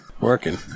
Working